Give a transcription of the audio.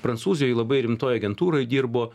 prancūzijoj labai rimtoj agentūroj dirbo